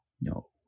No